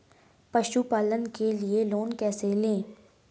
पशुपालन के लिए लोन कैसे लें?